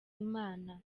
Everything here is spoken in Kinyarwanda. imana